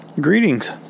Greetings